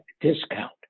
discount